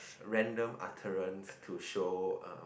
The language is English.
random utterance to show uh